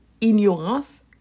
ignorance